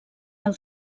del